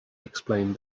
explained